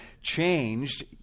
changed